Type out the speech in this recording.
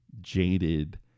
jaded